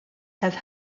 have